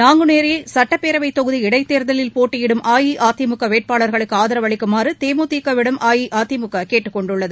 நாங்குநேரி சுட்டப்பேரவைத் தொகுதி இடைத்தேர்தலில் போட்டியிடும் அஇஅதிமுக வேட்பாளர்களுக்கு ஆதரவளிக்குமாறு தேமுதிக விடம் அஇஅதிமுக கேட்டுக்கொண்டுள்ளது